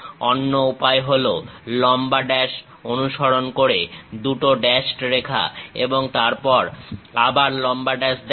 অন্য উপায় হল লম্বা ড্যাশ অনুসরণ করে দুটো ড্যাশড রেখা এবং তারপর আবার লম্বা ড্যাশ দেখিয়ে